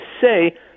say